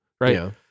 right